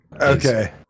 Okay